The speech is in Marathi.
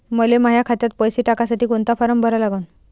मले माह्या खात्यात पैसे टाकासाठी कोंता फारम भरा लागन?